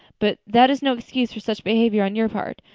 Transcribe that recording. but that is no excuse for such behavior on your part.